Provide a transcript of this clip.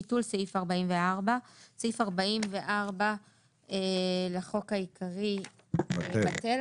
ביטול סעיף 44 29. סעיף 44 לחוק העיקרי בטל.